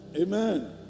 Amen